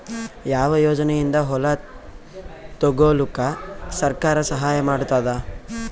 ಯಾವ ಯೋಜನೆಯಿಂದ ಹೊಲ ತೊಗೊಲುಕ ಸರ್ಕಾರ ಸಹಾಯ ಮಾಡತಾದ?